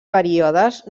períodes